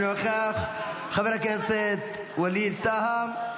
אינו נוכח, חבר ווליד טאהא,